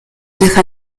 teja